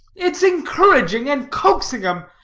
it's encouraging and coaxing em.